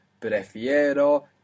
Prefiero